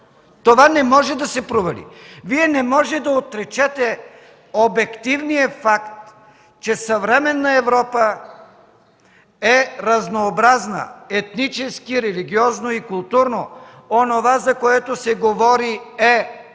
Това не може да се провали. Вие не може да отречете обективния факт, че съвременна Европа е разнообразна – етнически, религиозно и културно. Онова, за което се говори, е